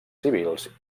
civils